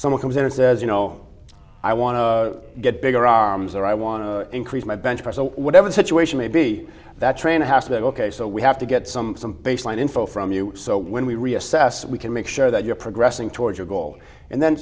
someone comes in and says you know i want to get bigger arms or i want to increase my bench press or whatever the situation may be that train has to be ok so we have to get some some baseline info from you so when we reassess we can make sure that you're progressing toward your goal and then